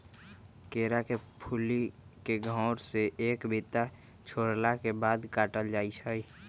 केरा के फुल्ली के घौर से एक बित्ता छोरला के बाद काटल जाइ छै